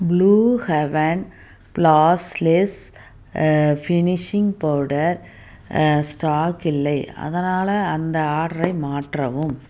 blue heaven flawless finishing powder stock இல்லை அதனால் அந்த ஆர்ட்ரை மாற்றவும்